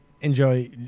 enjoy